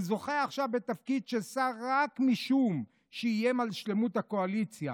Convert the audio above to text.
הוא זוכה עכשיו בתפקיד של שר רק משום שאיים על שלמות הקואליציה.